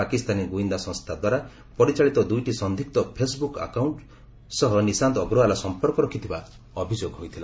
ପାକିସ୍ତାନୀ ଗୁଇନ୍ଦା ସଂସ୍ଥା ଦ୍ୱାରା ପରିଚାଳିତ ଦୁଇଟି ସିନ୍ଦିଗ୍ମ ଫେସ୍ବୁକ୍ ଆକାଉଣ୍ଟ ସହ ନିଶାନ୍ତ ଅଗ୍ରଓ୍ୱାଲା ସଂପର୍କ ରଖିଥିବା ଅଭିଯୋଗ ହୋଇଥିଲା